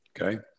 okay